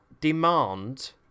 demand